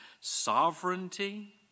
sovereignty